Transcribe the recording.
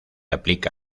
aplica